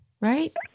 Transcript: right